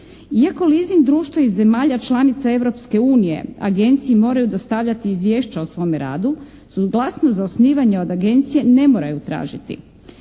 Iako leasing društva iz zemalja članica Europske unije Agenciji moraju dostavljati izvješća o svome radu suglasnost za osnivanje od Agencije ne moraju tražiti.